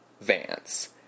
Vance